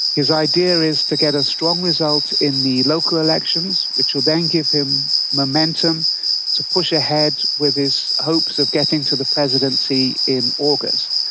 his idea is to get a strong result in the local elections, which will then give him momentum to push ahead with his hopes of getting to the presidency in august.